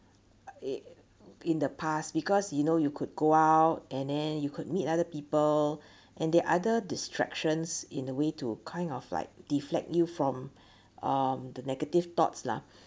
in in the past because you know you could go out and then you could meet other people and the other distractions in a way to kind of like deflect you from um the negative thoughts lah